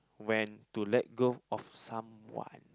when to let go of someone